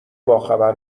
باخبر